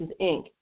Inc